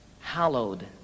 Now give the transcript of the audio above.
hallowed